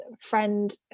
friend